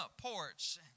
porch